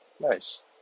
Nice